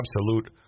absolute